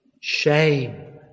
shame